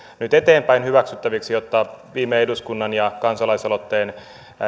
nyt eteenpäin hyväksyttäviksi jotta viime eduskunnan ja kansalaisaloitteen